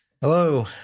Hello